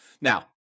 Now